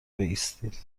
بایستید